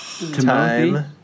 Time